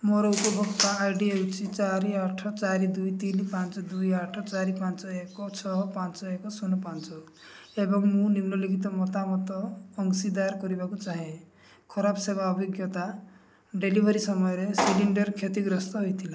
ମୋର ଉପଭୋକ୍ତା I D ହେଉଛି ଚାରି ଆଠ ଚାରି ଦୁଇ ତିନି ପାଞ୍ଚ ଦୁଇ ଆଠ ଚାରି ପାଞ୍ଚ ଏକ ଛଅ ପାଞ୍ଚ ଏକ ଶୂନ ପାଞ୍ଚ ଏବଂ ମୁଁ ନିମ୍ନଲିଖିତ ମତାମତ ଅଂଶୀଦାର କରିବାକୁ ଚାହେଁ ଖରାପ ସେବା ଅଭିଜ୍ଞତା ଡେଲିଭରୀ ସମୟରେ ସିଲିଣ୍ଡର୍ କ୍ଷତିଗ୍ରସ୍ତ ହୋଇଥିଲା